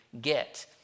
get